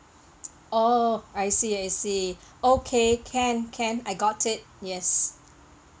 oh I see I see okay can can I got it yes